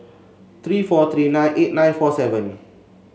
three four three nine eight nine four seven